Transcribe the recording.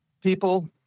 people